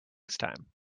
time